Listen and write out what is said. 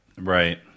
Right